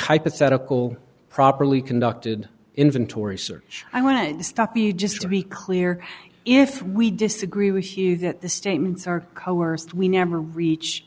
hypothetical properly conducted inventory search i want to stop you just to be clear if we disagree with you that the statements are coerced we never reach